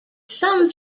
some